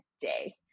day